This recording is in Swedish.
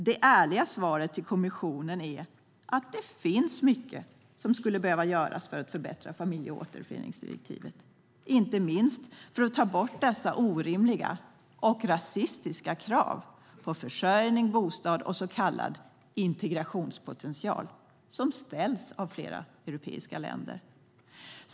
Det ärliga svaret till kommissionen är att det finns mycket som skulle behöva göras för att förbättra familjeåterföreningsdirektivet, inte minst för att ta bort dessa orimliga och rasistiska krav på försörjning, bostad och så kallad integrationspotential som ställs av flera europeiska länder.